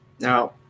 Now